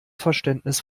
verständnis